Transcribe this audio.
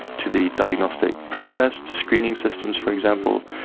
to the diagnostic process, to screening systems for example,